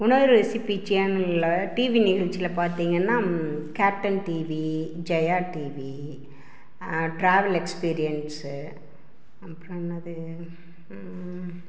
முன்னாடி ரெசிபி சேனலில் டிவி நிகழ்ச்சியில் பார்த்தீங்கன்னா Captain TV Jaya TV travel experience அப்புறம் என்னது